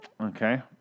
Okay